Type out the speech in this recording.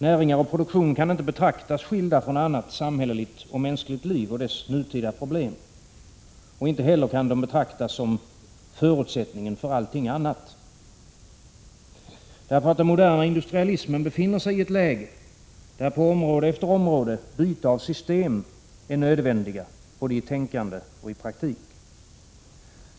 Näring och produktion kan inte betraktas skilda från annat samhälleligt och mänskligt liv och dess nutida problem, och inte heller kan de betraktas som förutsättningen för allting annat. Den moderna industrialismen befinner sig i ett läge där på område efter område ett byte av system är nödvändigt, både i tänkandet och i praktiken.